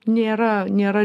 nėra nėra